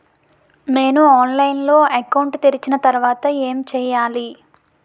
నేను ఆన్లైన్ లో అకౌంట్ తెరిచిన తర్వాత ఏం చేయాలి?